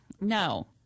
No